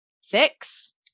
six